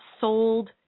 sold